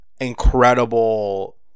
incredible